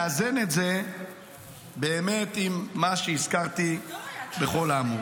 לאזן את זה באמת עם מה שהזכרתי בכל האמור.